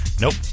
Nope